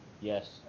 Yes